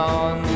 on